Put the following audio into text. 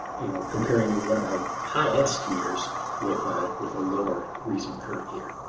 you know, comparing one of our highest years with ah with a lower recent current year.